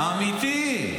אמיתי.